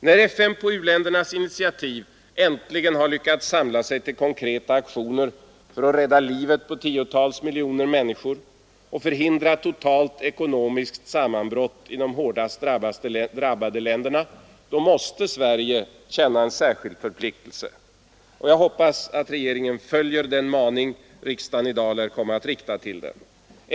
När FN på u-ländernas initiativ äntligen har lyckats samla sig till konkreta aktioner för att rädda livet på tiotals miljoner människor och förhindra totalt ekonomiskt sammanbrott i de hårdast drabbade länderna, då måste Sverige känna en särskild förpliktelse. Jag hoppas att regeringen följer den maning riksdagen i dag lär komma att rikta till den.